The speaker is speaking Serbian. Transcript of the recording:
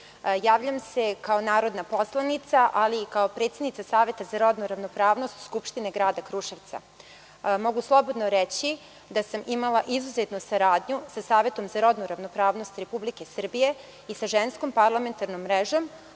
javljam se kao narodna poslanica, ali i kao predsednica Saveta za rodnu ravnopravnost Skupštine grada Kruševca. Mogu slobodno reći da sam imala izuzetnu saradnju sa Savetom za rodnu ravnopravnost Republike Srbije i sa Ženskom parlamentarnom mrežom,